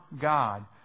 God